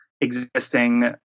existing